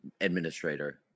administrator